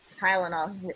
Tylenol